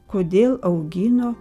kodėl augino